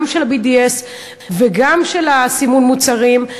גם של ה-BDS וגם של סימון המוצרים,